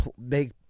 make